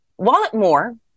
Walletmore